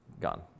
gone